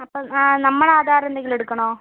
അപ്പോൾ നമ്മുടെ ആധാർ എന്തെങ്കിലും എടുക്കണോ